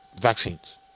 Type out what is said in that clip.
vaccines